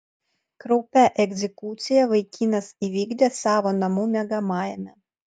kraupią egzekuciją vaikinas įvykdė savo namų miegamajame